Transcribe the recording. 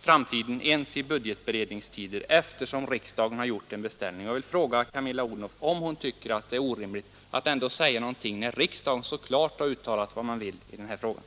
framtiden ens i budgetberedningstider, eftersom riksdagen gjort en beställning. Om någonting är orimligt, fru statsråd, är det enligt min mening att regeringen förbigår ett riksdagsuttalande med tystnad.